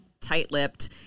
tight-lipped